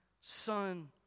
Son